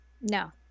No